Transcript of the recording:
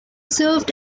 served